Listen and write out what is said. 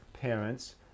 parents